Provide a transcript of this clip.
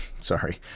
Sorry